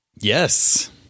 Yes